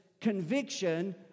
conviction